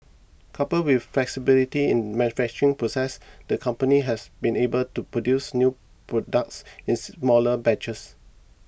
coupled with flexibility in manufacturing process the company has been able to produce new products in smaller batches